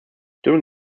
during